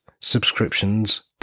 subscriptions